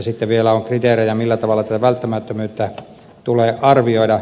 sitten vielä on kriteerejä millä tavalla tätä välttämättömyyttä tulee arvioida